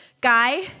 guy